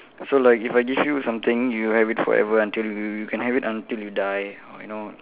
so like if I give you something you have it forever until you you can have it until you die or you know